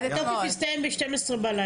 אז התוקף הסתיים ב-00:00 בלילה.